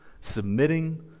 submitting